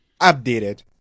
updated